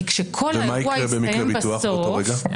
כי כשכל האירוע יסתיים בסוף,